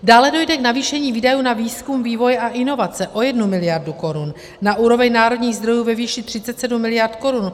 Dále dojde k navýšení výdajů na výzkum, vývoj a inovace o 1 mld. korun na úroveň národních zdrojů ve výši 37 mld. korun.